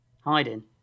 Hiding